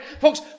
Folks